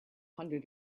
hundred